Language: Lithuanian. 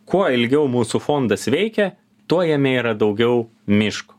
kuo ilgiau mūsų fondas veikia tuo jame yra daugiau miško